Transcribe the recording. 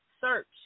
search